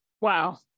Wow